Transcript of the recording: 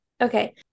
Okay